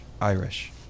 Irish